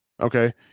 Okay